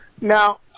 Now